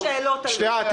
שנייה.